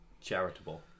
charitable